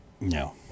No